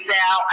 now